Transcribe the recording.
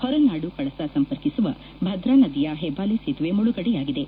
ಹೊರನಾಡು ಕಳಸ ಸಂಪರ್ಕಿಸುವ ಭದ್ರಾ ನದಿಯ ಹೆಬಾಲೆ ಸೇತುವೆ ಮುಳುಗಡೆಯಾಗಿದೆ